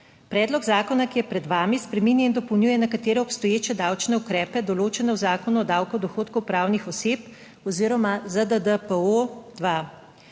Predlog zakona, ki je pred vami spreminja in dopolnjuje nekatere obstoječe davčne ukrepe, določene v Zakonu o davku od dohodkov pravnih oseb oziroma ZDDPO-2.